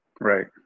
Right